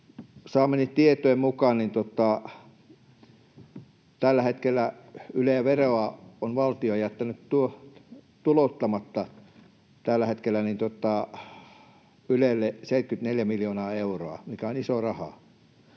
Saamieni tietojen mukaan tällä hetkellä Yle-veroa on valtio jättänyt tulouttamatta Ylelle 74 miljoonaa euroa, mikä on iso raha.